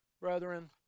brethren